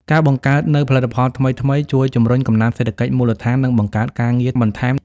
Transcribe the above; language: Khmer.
ការបង្កើតនូវផលិតផលថ្មីៗជួយជំរុញកំណើនសេដ្ឋកិច្ចមូលដ្ឋាន និងបង្កើតការងារបន្ថែម។